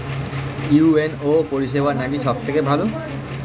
UNO পরিসেবা নাকি সব থেকে ভালো?